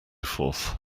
forth